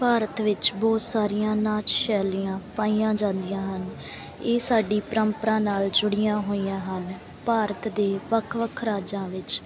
ਭਾਰਤ ਵਿੱਚ ਬਹੁਤ ਸਾਰੀਆਂ ਨਾਚ ਸ਼ੈਲੀਆਂ ਪਾਈਆਂ ਜਾਂਦੀਆਂ ਹਨ ਇਹ ਸਾਡੀ ਪਰੰਪਰਾ ਨਾਲ ਜੁੜੀਆਂ ਹੋਈਆਂ ਹਨ ਭਾਰਤ ਦੇ ਵੱਖ ਵੱਖ ਰਾਜਾਂ ਵਿੱਚ